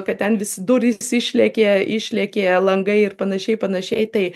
kad ten visi durys išlėkė išlėkė langai ir panašiai panašiai tai